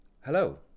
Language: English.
Hello